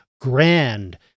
grand